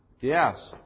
Yes